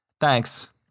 Thanks